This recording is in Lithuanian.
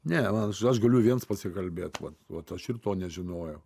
ne man aš aš galiu viens pasikalbėt vat vat aš ir to nežinojau